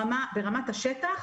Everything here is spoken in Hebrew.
ברמת השטח,